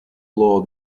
law